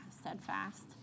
steadfast